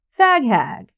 fag-hag